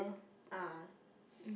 ah